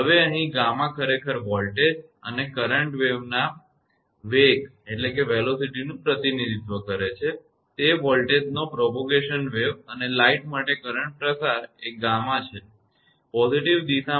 હવે અહીં 𝛾 ખરેખર વોલ્ટેજ અને કરંટ તરંગના વેગનું પ્રતિનિધિત્વ કરે છે તે છે વોલ્ટેજનો પ્રસાર વેગ અને લાઇન સાથે ક્રંટટ પ્રસાર એ આ ગામા𝛾 છે પોઝિટીવ દિશામાં